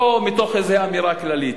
לא מתוך אמירה כללית: